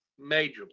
majorly